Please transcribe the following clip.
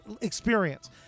experience